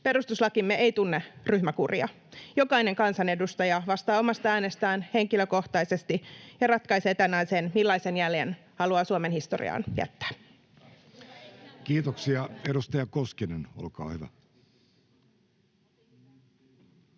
Perustuslakimme ei tunne ryhmäkuria. Jokainen kansanedustaja vastaa omasta äänestään henkilökohtaisesti ja ratkaisee tänään sen, millaisen jäljen haluaa Suomen historiaan jättää. [Speech 26] Speaker: Jussi Halla-aho